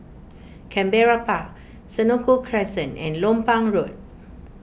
Canberra Park Senoko Crescent and Lompang Road